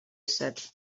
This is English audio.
said